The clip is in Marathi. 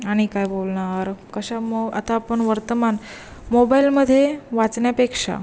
आणि काय बोलणार कशा मो आता आपण वर्तमान मोबाईलमध्ये वाचण्यापेक्षा